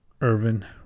irvin